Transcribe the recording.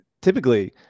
Typically